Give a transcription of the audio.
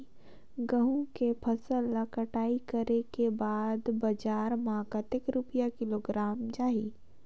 गंहू के फसल ला कटाई करे के बाद बजार मा कतेक रुपिया किलोग्राम जाही?